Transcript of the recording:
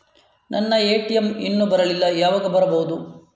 ನನ್ನ ಎ.ಟಿ.ಎಂ ಇನ್ನು ಬರಲಿಲ್ಲ, ಯಾವಾಗ ಬರಬಹುದು?